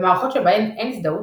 במערכות בהן אין הזדהות,